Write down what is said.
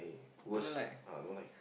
worse uh no light